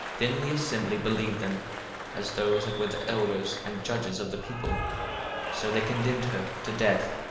then the assembly believed them as those that were the elders and judges of the people so they condemned her to death.